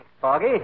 Foggy